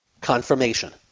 Confirmation